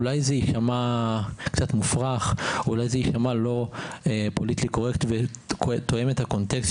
אולי זה יישמע קצת מופרך ואולי לא פוליטיקלי קורקט ותואם את הקונטקסט